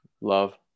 Love